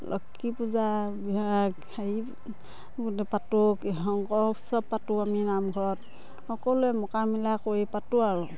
লক্ষী পূজা হেৰি পাতোঁ শংকৰ উৎসৱ পাতোঁ আমি নামঘৰত সকলোৱে মোকামিলা কৰি পাতোঁ আৰু